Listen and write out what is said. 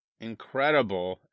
incredible